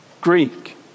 Greek